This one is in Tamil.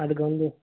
அதுக்கு வந்து